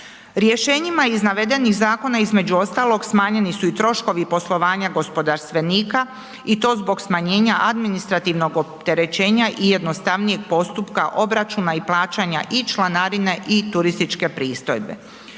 Rješenjima iz navedenih zakona između ostalog smanjeni su i troškovi poslovanja gospodarstvenika i to zbog smanjenja administrativnog opterećenja i jednostavnijeg postupka obračuna i plaćanja i članarine i turističke pristojbe.